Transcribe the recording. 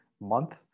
month